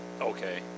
Okay